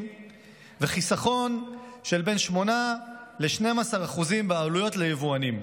וחיסכון של 8% 12% בעלויות ליבואנים.